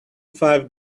five